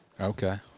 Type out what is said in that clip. Okay